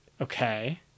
Okay